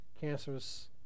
cancerous